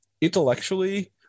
intellectually